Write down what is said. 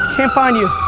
can't find you.